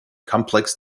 complex